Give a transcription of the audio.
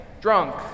drunk